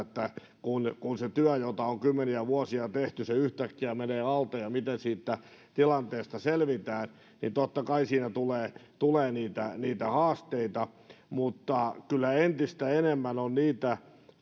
kun kun se työ jota on kymmeniä vuosia tehty yhtäkkiä menee alta miten siitä tilanteesta selvitään totta kai siinä tulee tulee niitä niitä haasteita mutta kyllä tässä yhteiskunnassa entistä enemmän on niitä